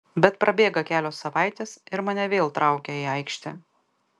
bet prabėga kelios savaitės ir mane vėl traukia į aikštę